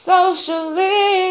Socially